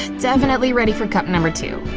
definitely ready for cup number two.